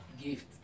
gift